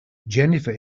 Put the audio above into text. jennifer